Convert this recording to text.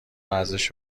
ارزش